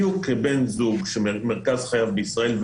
בדיוק כבן זוג שמרכז חייו בישראל,